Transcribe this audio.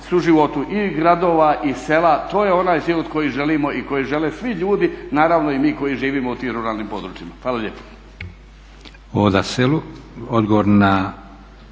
suživotu i gradova i sela. To je onaj život koji želimo i koji žele svi ljudi, naravno i mi koji živimo u tim ruralnim područjima. Hvala lijepo.